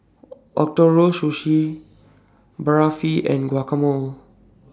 Ootoro Sushi Barfi and Guacamole